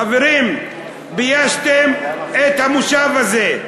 חברים, ביישתם את המושב הזה.